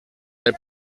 del